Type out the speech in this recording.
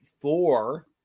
four